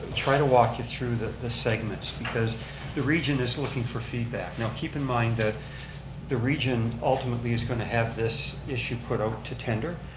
try to walk through the the segments because the region is looking for feedback. now keep in mind that the region ultimately is going to have this issue put out to tender.